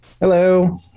Hello